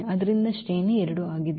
ಆದ್ದರಿಂದ ಶ್ರೇಣಿ 2 ಆಗಿದೆ